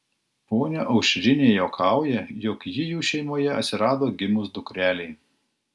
ponia aušrinė juokauja jog ji jų šeimoje atsirado gimus dukrelei